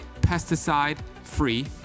pesticide-free